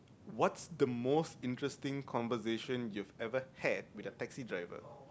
what's the most interesting conversation you ever had with a taxi driver